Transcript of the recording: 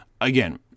again